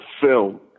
film